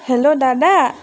hello দাদা